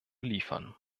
liefern